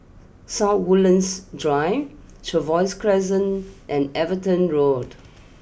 South Woodlands Drive Trevose Crescent and Everton Road